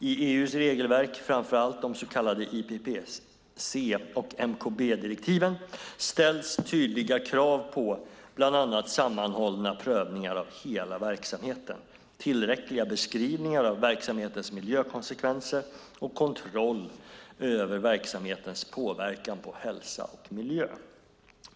I EU:s regelverk, framför allt de så kallade IPPC och MKB-direktiven ställs tydliga krav på bland annat sammanhållna prövningar av hela verksamheten, tillräckliga beskrivningar av verksamhetens miljökonsekvenser och kontroll över verksamhetens påverkan på hälsa och miljö.